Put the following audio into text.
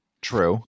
True